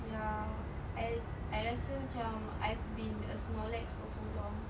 ya I I rasa macam I've been a snorlax for so long